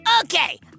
Okay